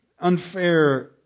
unfair